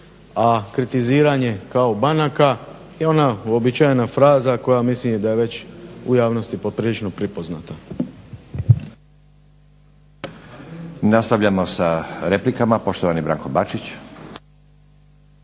a kritiziranje kao banaka je ona uobičajena fraza koja mislim da je već u javnosti poprilično prepoznata.